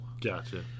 Gotcha